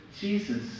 Jesus